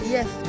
Yes